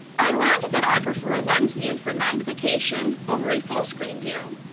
i learned that i prefer a lens view for magnification over a full screen view.